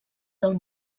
del